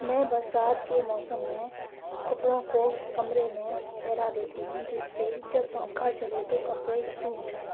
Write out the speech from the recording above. میں برسات کے موسم میں کپڑوں کو کمرے میں پھیلا دیتی ہوں جس سے جب پنکھا چلے تو کپڑے سوکھ جائیں